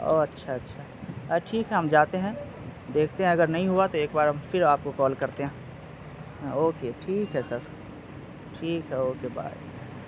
اوہ اچھا اچھا ٹھیک ہے ہم جاتے ہیں دیکھتے ہیں اگر نہیں ہوا تو ایک بار ہم پھر آپ کو کال کرتے ہیں اوکے ٹھیک ہے سر ٹھیک ہے اوکے بائے